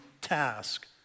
task